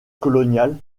coloniale